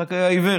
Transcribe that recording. יצחק היה עיוור,